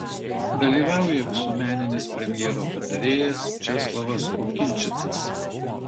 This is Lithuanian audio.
dalyvauja visuomeninis premjero patarėjas česlavas okinčicas